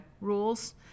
rules